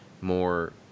more